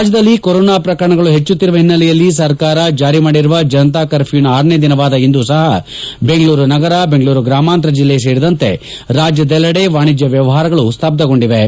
ರಾಜ್ಯದಲ್ಲಿ ಕೊರೊನಾ ಪ್ರಕರಣಗಳು ಹೆಚ್ಚುತ್ತಿರುವ ಹಿನ್ನಲೆಯಲ್ಲಿ ಸರ್ಕಾರ ಜಾರಿ ಮಾಡಿರುವ ಜನತಾ ಕರ್ಪ್ಯೂವಿನ ಆರನೇ ದಿನವಾದ ಇಂದು ಸಹ ಬೆಂಗಳೂರು ನಗರ ಬೆಂಗಳೂರು ಗ್ರಾಮಾಂತರ ಜಿಲ್ಲೆ ಸೇರಿದಂತೆ ರಾಜ್ಯದೆಲ್ಲೆಡೆ ವಾಣಿಜ್ಯ ವ್ಯವಹಾರಗಳು ಸ್ಥಬ್ದಗೊಂಡಿವೆ